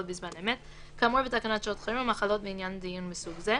בזמן אמת כאמור בתקנות שעת החירום החלות לעניין דיון מסוג זה,